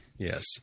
Yes